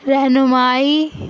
رہنمائی